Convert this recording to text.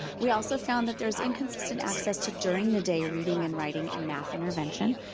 we also found that there's inconsistent access to during-the-day reading and writing and math intervention,